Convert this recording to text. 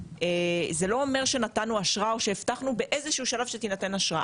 זה לא אומר שנתנו אשרה או שהבטחנו באיזה שהוא שלב שתינתן אשרה,